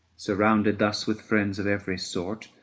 surrounded thus with friends of every sort,